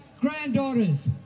granddaughters